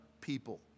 people